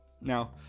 Now